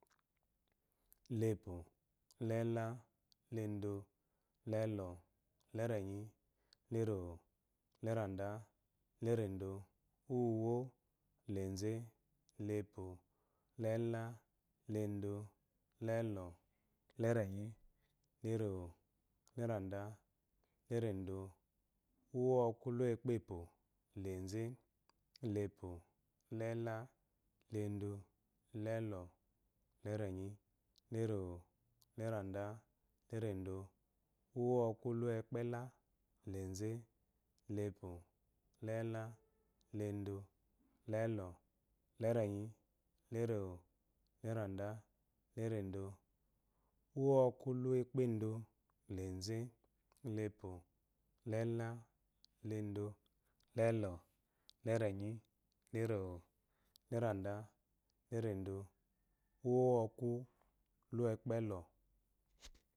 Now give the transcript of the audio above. La-epo, la-ela, la-endo, la-elo, la-erenyi, la-erewo, la-eranda, la-erendo, úuwo la-enze, la-epo, la-ela, la-endo, la-elo, la-erenyi, la-erewo, la-eranda, la-erendo, uwowɔku la uuekpepo, la-enze, la-epo, la-ela, la-endo, la-elo, la-erenyi, la-erewo, la-eranda, la-erendo. uwowɔku la uwekpela, la-enze, la-epo, la-ela, la-endo, la-elo, la-erenyi, la-erewo, la-eranda, la-erendo, uwowɔku la uwekpendo, la-enze, la-epo, la-ela, la-endo, la-elo, la-erenyi, la-erewo, la-eranda, la-erendo, uwowɔku la uwekpelɔ.